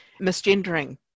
misgendering